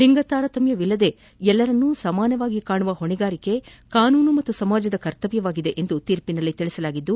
ಲಿಂಗ ತಾರತಮ್ಮವಿಲ್ಲದೇ ಎಲ್ಲರನ್ನೂ ಸಮವಾಗಿ ಕಾಣುವ ಹೊಣೆಗಾರಿಕೆ ಕಾನೂನು ಮತ್ತು ಸಮಾಜದ ಕರ್ತವ್ಯವಾಗಿದೆ ಎಂದು ತೀರ್ಪಿನಲ್ಲಿ ತಿಳಿಸಲಾಗಿದ್ದು